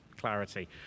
clarity